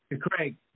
Craig